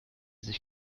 sich